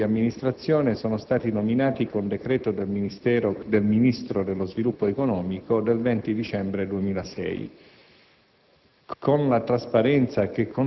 I componenti del consiglio di amministrazione sono stati nominati con decreto del Ministro dello sviluppo economico del 20 dicembre 2006.